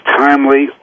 timely